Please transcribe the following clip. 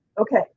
okay